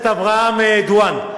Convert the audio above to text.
אברהם דואן,